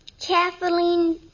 Kathleen